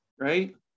right